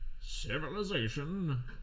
Civilization